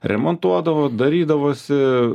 remontuodavo darydavosi